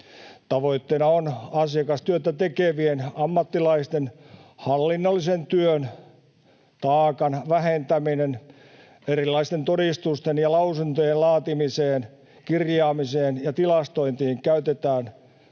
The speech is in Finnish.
Tavoitteena on asiakastyötä tekevien ammattilaisten hallinnollisen työn, taakan vähentäminen. Erilaisten todistusten ja lausuntojen laatimiseen, kirjaamiseen ja tilastointiin käytetään